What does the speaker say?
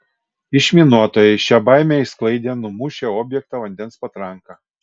išminuotojai šią baimę išsklaidė numušę objektą vandens patranka